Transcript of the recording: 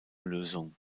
lösung